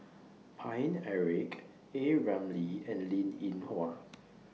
Paine Eric A Ramli and Linn in Hua